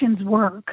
work